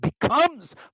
becomes